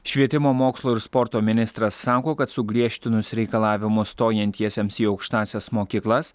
švietimo mokslo ir sporto ministras sako kad sugriežtinus reikalavimus stojantiesiems į aukštąsias mokyklas